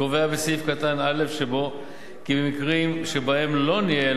קובע בסעיף קטן (א) שבו כי במקרים שבהם לא ניהל